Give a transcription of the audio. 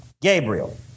Gabriel